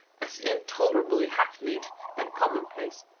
as intolerably hackneyed and commonplace.